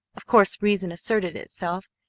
of course reason asserted itself,